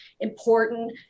important